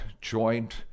joint